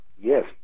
Yes